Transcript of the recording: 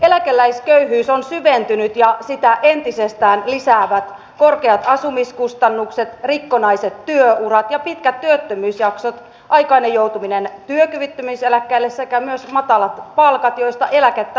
eläkeläisköyhyys on syventynyt ja sitä entisestään lisäävät korkeat asumiskustannukset rikkonaiset työurat ja pitkät työttömyysjaksot aikainen joutuminen työkyvyttömyyseläkkeelle sekä myös matalat palkat joista eläkettä lasketaan